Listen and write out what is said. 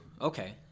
okay